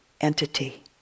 entity